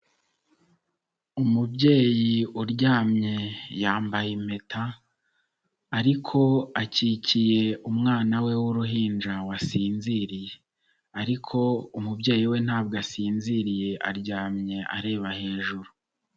Umubyeyi uryamye yambaye impeta ariko akikiye umwana we w'uruhinja wasinziriye ariko umubyeyi we ntabwo asinziriye aryamye areba hejuru.